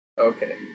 Okay